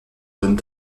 jeunes